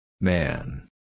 Man